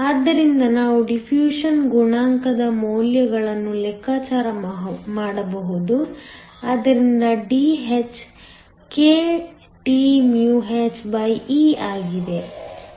ಆದ್ದರಿಂದ ನಾವು ಡಿಫ್ಯೂಷನ್ ಗುಣಾಂಕದ ಮೌಲ್ಯಗಳನ್ನು ಲೆಕ್ಕಾಚಾರ ಮಾಡಬಹುದು ಆದ್ದರಿಂದ Dh kThe ಆಗಿದೆ